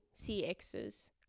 CXs